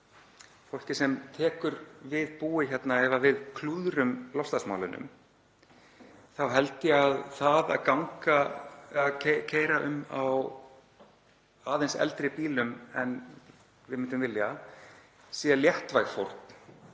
fólkið sem tekur við búi hérna ef við klúðrum loftslagsmálunum, þá held ég að það að keyra um á aðeins eldri bílum en við myndum vilja sé léttvæg fórn